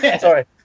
Sorry